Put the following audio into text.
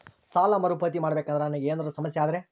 ಸಾಲ ಮರುಪಾವತಿ ಮಾಡಬೇಕಂದ್ರ ನನಗೆ ಏನಾದರೂ ಸಮಸ್ಯೆ ಆದರೆ?